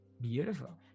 Beautiful